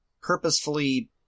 purposefully